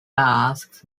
asks